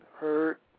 hurt